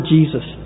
Jesus